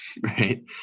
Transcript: right